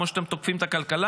כמו שאתם אתם תוקפים את הכלכלה,